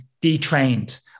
detrained